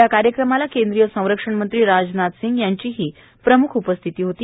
या कार्यक्रमाला केंद्रीय संरक्षण मंत्री राजनाथ सिंग यांचीही प्रमुख उपस्थिती होती